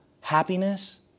happiness